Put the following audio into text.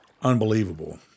Unbelievable